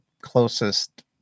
closest